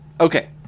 Okay